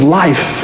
life